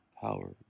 power